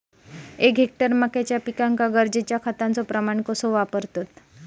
एक हेक्टर मक्याच्या पिकांका गरजेच्या खतांचो प्रमाण कसो वापरतत?